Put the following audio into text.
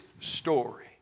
story